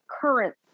current